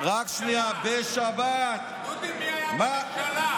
דודי, מי היה בממשלה?